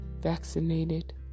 vaccinated